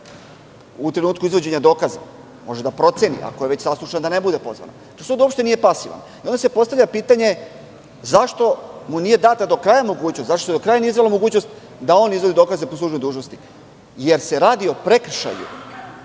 u trenutku izvođenja dokaza. Može da proceni, ako je već saslušan, da ne bude pozvana. Tu sud uopšte nije pasivan. Onda se postavlja pitanje - zašto mu nije data do kraja mogućnost, zašto se do kraja nije izvela mogućnost da on izvodi dokaze po službenoj dužnosti? Jer se radi o prekršaju,